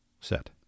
set